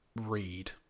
read